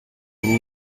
ibiro